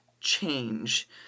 change